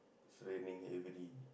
it's raining heavily